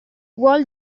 vuol